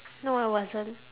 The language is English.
no I wasn't